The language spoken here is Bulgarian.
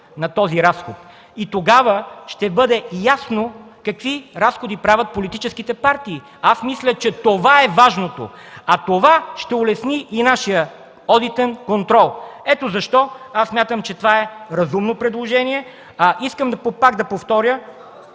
на този разход и тогава ще бъде ясно какви разходи правят политическите партии. Аз мисля, че това е важното, а това ще улесни и нашия одитен контрол. Ето защо смятам, че това предложение е разумно. Пак искам да повторя: